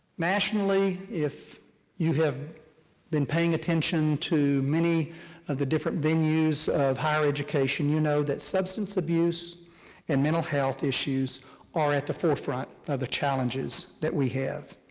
nationally, if you have been paying attention to many of the different venues of higher education, you know that substance abuse and mental health issues are at the forefront of the challenges that we have.